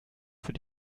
für